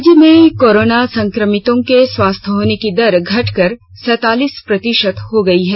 राज्य में कोरोना संक्रमितों के स्वस्थ होने की दर घटकर सैतालीस प्रतिशत हो गई है